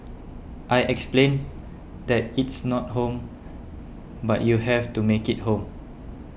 I explained that it's not home but you have to make it home